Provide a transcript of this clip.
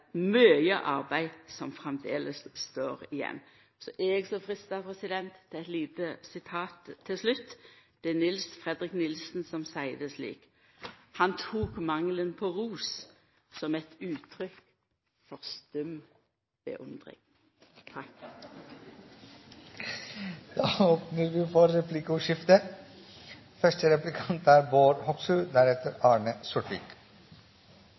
arbeid som framleis står igjen. Så er eg freista til eit lite sitat til slutt. Det er Nils-Fredrik Nielsen som seier det slik: «Han tok mangelen på ros som et uttrykk for stum beundring.»